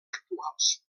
actuals